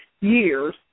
years